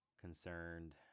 concerned